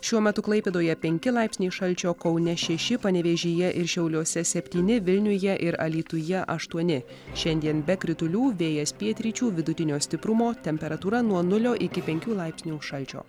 šiuo metu klaipėdoje penki laipsniai šalčio kaune šeši panevėžyje ir šiauliuose septyni vilniuje ir alytuje aštuoni šiandien be kritulių vėjas pietryčių vidutinio stiprumo temperatūra nuo nulio iki penkių laipsnių šalčio